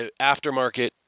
aftermarket